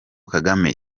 kagame